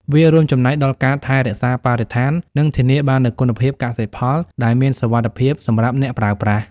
វារួមចំណែកដល់ការថែរក្សាបរិស្ថាននិងធានាបាននូវគុណភាពកសិផលដែលមានសុវត្ថិភាពសម្រាប់អ្នកប្រើប្រាស់។